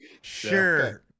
Sure